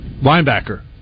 Linebacker